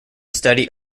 study